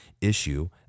issue